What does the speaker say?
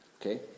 okay